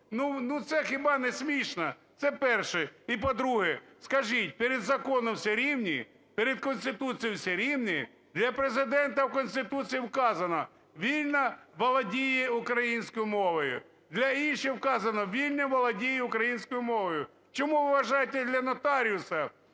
Ну це хіба не смішно? Це перше. І, по-друге, скажіть, перед законом всі рівні, перед Конституцією всі рівні? Для Президента в Конституції вказано: "Вільно володіє українською мовою". Для інших вказано: "Вільно володіє українською мовою". Чому ви вважаєте для нотаріусів